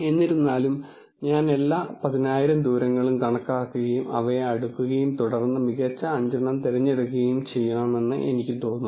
എന്നിരുന്നാലും ഞാൻ എല്ലാ 10000 ദൂരങ്ങളും കണക്കാക്കുകയും അവയെ അടുക്കുകയും തുടർന്ന് മികച്ച 5 എണ്ണം തിരഞ്ഞെടുക്കുകയും ചെയ്യണമെന്ന് എനിക്ക് തോന്നുന്നു